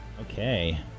okay